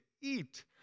eat